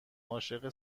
عاشق